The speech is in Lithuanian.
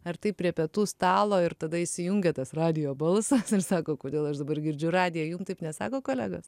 ar tai prie pietų stalo ir tada įsijungia tas radijo balsas ir sako kodėl aš dabar girdžiu radiją jum taip nesako kolegos